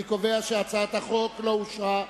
אני קובע שהצעת החוק לא אושרה.